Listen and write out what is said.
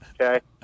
okay